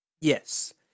Yes